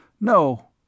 No